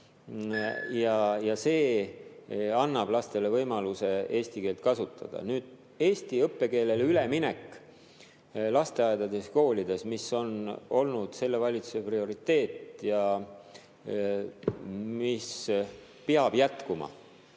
See annab lastele võimaluse eesti keelt kasutada. Eestikeelsele õppele üleminek lasteaedades ja koolides, mis on olnud selle valitsuse prioriteet ja mis peab jätkuma